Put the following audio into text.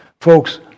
Folks